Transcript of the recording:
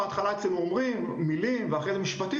בהתחלה אומרים מילים ואחרי זה משפטים